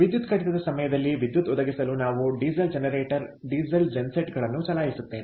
ವಿದ್ಯುತ್ ಕಡಿತದ ಸಮಯದಲ್ಲಿ ವಿದ್ಯುತ್ ಒದಗಿಸಲು ನಾವು ಡೀಸೆಲ್ ಜನರೇಟರ್ ಡೀಸೆಲ್ ಜೆನ್ಸೆಟ್ಗಳನ್ನು ಚಲಾಯಿಸುತ್ತೇವೆ